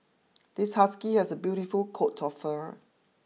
this husky has a beautiful coat of fur